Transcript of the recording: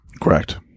correct